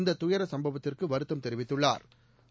இந்த துயர சும்பவத்திற்கு வருத்தம் தெரிவித்துள்ளாா்